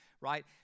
right